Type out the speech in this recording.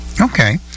Okay